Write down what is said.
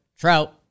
Trout